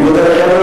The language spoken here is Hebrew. אני מודה לכם,